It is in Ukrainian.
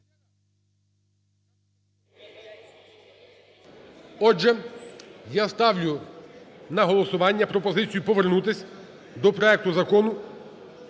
Отже, я ставлю на голосування пропозицію повернутися до проекту Закону